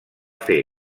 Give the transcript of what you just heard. fer